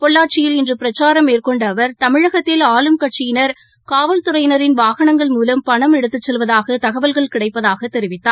பொள்ளாச்சியில் இன்றுபிரச்சாரம் மேற்கொண்டஅவர் தமிழகத்தில் ஆளும் கட்சியின் காவல்துறையினின் வாகனங்கள் மூலம் பணம் எடுத்துச் செல்வதூகதகவல்கள் கிடைப்பதாகத் தெிவித்தாா்